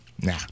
nah